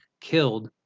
killed